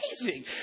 amazing